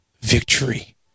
victory